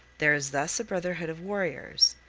there is thus a brotherhood of warriors,